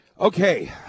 Okay